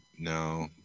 no